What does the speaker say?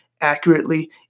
accurately